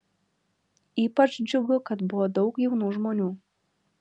ypač džiugų kad buvo daug jaunų žmonių